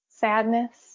Sadness